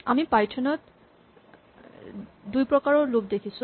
আমি পাইথন ত দুই প্ৰকাৰৰ লুপ দেখিছো